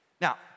Now